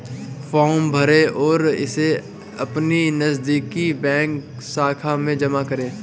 form भरें और इसे अपनी नजदीकी बैंक शाखा में जमा करें